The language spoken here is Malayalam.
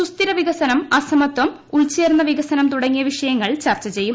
സുസ്ഥിര വികസനം അസമത്വം ഉൾച്ചേർന്ന വികസനം തുടങ്ങിയ വിഷയങ്ങൾ ചർച്ച ചെയ്യും